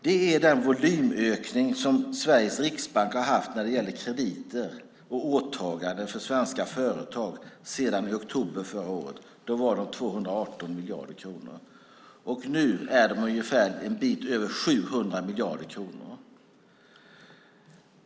Det är den volymökning som Sveriges riksbank har haft när det gäller krediter och åtaganden för svenska företag sedan i oktober förra året. Då var de 218 miljarder kronor. Nu är de en bit över 700 miljarder kronor.